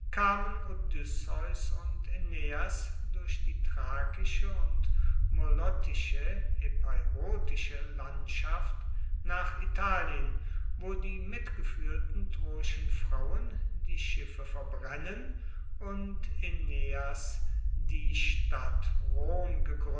odysseus und aeneas durch die thrakische und molottische epeirotische landschaft nach italien wo die mitgefuehrten troischen frauen die schiffe verbrennen und aeneas die stadt rom